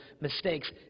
mistakes